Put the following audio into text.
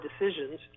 decisions